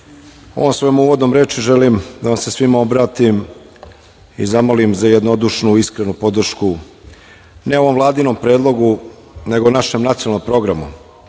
svojom uvodnom rečju želim da vam se svima obratim i zamolim za jednodušnu i iskrenu podršku ne ovom Vladinom predlogu, nego našem nacionalnom programu. Današnji